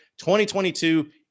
2022